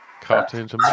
Cartoons